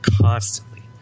constantly